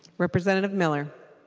representative miller